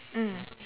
mm